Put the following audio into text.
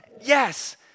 Yes